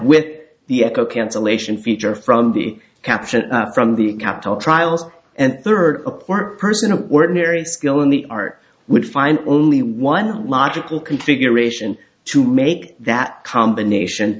with the echo cancellation feature from the caption from the capital trials and third a poor person who were very skilled in the art would find only one logical configuration to make that combination